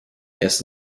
erst